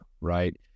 right